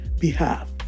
behalf